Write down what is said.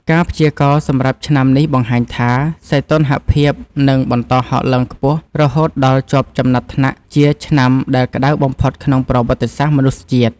ការព្យាករណ៍សម្រាប់ឆ្នាំនេះបង្ហាញថា សីតុណ្ហភាពនឹងបន្តហក់ឡើងខ្ពស់រហូតដល់ជាប់ចំណាត់ថ្នាក់ជាឆ្នាំដែលក្ដៅបំផុតក្នុងប្រវត្តិសាស្ត្រមនុស្សជាតិ។